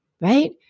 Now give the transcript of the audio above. right